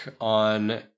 on